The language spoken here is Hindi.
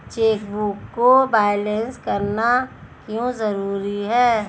चेकबुक को बैलेंस करना क्यों जरूरी है?